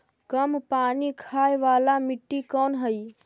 कम पानी खाय वाला मिट्टी कौन हइ?